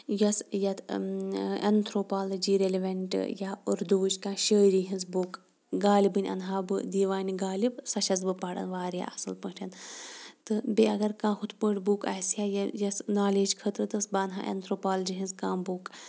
یۄس یَتہٕ anthropology relevant یا اُردوٗوٕچ کانٛہہ شٲعری ہِنٛز بُک غالِبٕنۍ اَنہٕ ہا بہٕ دِیوانہِ غالِب سۄ چھٮ۪س بہٕ پَران واریاہ اَصٕل پٲٹھۍ تہٕ بیٚیہِ اگر کانٛہہ ہُتھ پٲٹھۍ بُک آسہِ ہا یا یۄس نالیج خٲطرٕ تہٕ بہٕ اَنہٕ ہا ایٚنتھرٛوپالِجی ہِنٛز کانٛہہ بُک